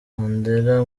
mandela